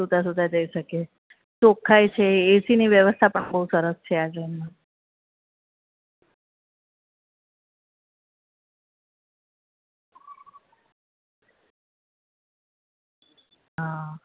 સૂતાં સૂતાં જઈ શકીએ ચોખ્ખાઈ છે એસીની વ્યવસ્થા પણ બહુ સરસ છે આ ટ્રેનમાં